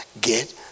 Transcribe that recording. get